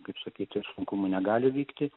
kaip sakyti sunkumų negali vykti